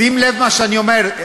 שים לב למה שאני אומר.